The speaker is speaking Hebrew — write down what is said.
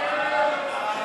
מפעלי משרד ראש הממשלה,